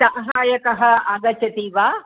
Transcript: सहायकः आगच्छति वा